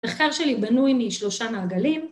‫המחקר שלי בנוי משלושה מעגלים.